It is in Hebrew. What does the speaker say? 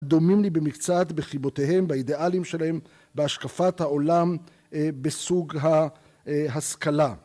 דומים לי במקצת בחיבותיהם, באידיאלים שלהם, בהשקפת העולם בסוג ההשכלה.